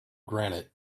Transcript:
granite